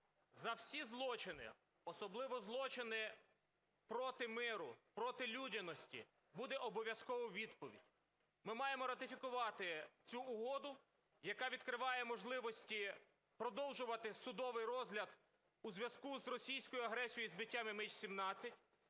За всі злочини, особливо злочини проти миру, проти людяності буде обов'язково відповідь. Ми маємо ратифікувати цю угоду, яка відкриває можливості продовжувати судовий розгляд у зв'язку з російською агресією і збиттям MH17.